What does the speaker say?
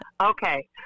Okay